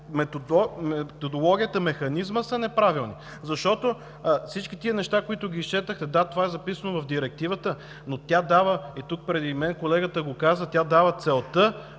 методологията, механизмът са неправилни, защото всички тези неща, които ги изчетохте – да, това е записано в директивата, но тя дава, и то преди мен колегата го каза, тя дава целта,